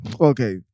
okay